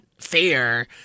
fair